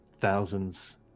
thousands